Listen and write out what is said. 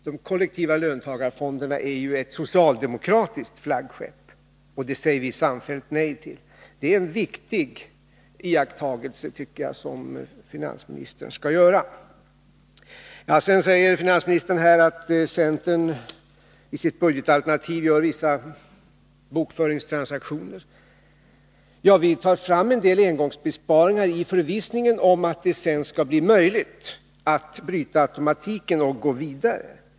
De kollektiva löntagarfonderna är ju ett socialdemokratiskt flaggskepp, och det säger vi samfällt nej till. Det är en viktig iakttagelse, tycker jag, som finansministern skall lägga på minnet. Sedan säger finansministern att centern i sitt budgetalternativ gör vissa bokföringstransaktioner. Ja, vi tar fram en del engångsbesparingar i förvissningen om att det sedan skall bli möjligt att bryta automatiken och gå vidare.